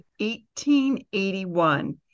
1881